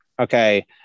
Okay